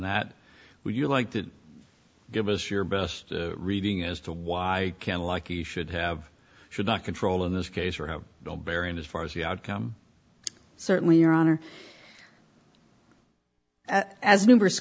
that would you like to give us your best reading as to why i can like you should have should not control in this case or have no bearing as far as the outcome certainly your honor as members